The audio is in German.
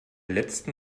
letzten